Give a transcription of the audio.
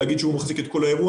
להגיד שהוא מחזיק את כל האירוע?